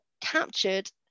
captured